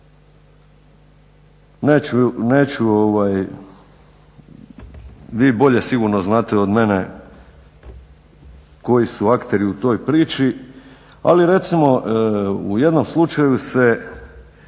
neću, vi bolje sigurno znate od mene koji su akteri u toj priči, ali recimo u jednom slučaju